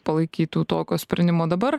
palaikytų tokio sprendimo dabar